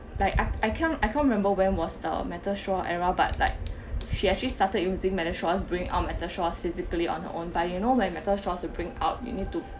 like I I can't I can't remember when was the metal straw era but llike she actually started using metal straws bring out metal straws physically on her own by you know by metal straws you bring out you need to